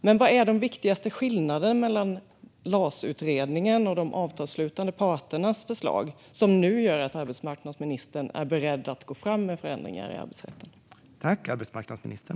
Men vad är de viktigaste skillnaderna mellan LAS-utredningens och de avtalsslutande parternas förslag som nu gör att arbetsmarknadsministern är beredd att gå fram med förändringar i arbetsrätten?